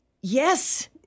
Yes